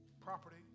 property